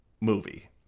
movie